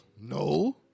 No